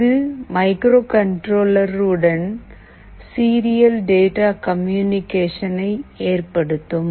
இது மைக்ரோகண்ட்ரோலர் உடன் serial data கம்யூனிகேஷனை ஏற்படுத்தும்